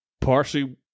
partially